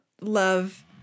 love